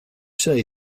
say